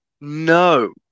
No